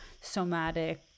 somatic